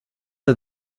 are